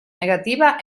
negativa